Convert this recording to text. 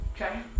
okay